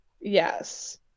Yes